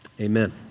Amen